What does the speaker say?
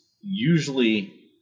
usually